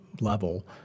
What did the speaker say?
level